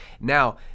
Now